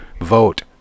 vote